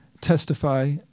testify